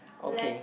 okay